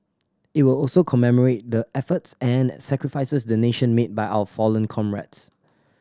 it will also commemorate the efforts and sacrifices the nation made by our fallen comrades